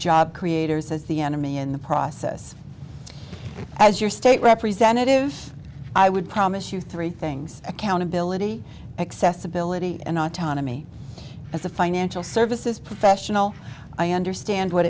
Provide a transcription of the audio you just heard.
job creators as the enemy in the process as your state representative i would promise you three things accountability accessibility and autonomy as a financial services professional i understand what